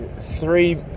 three